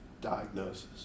diagnosis